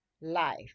life